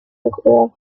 eure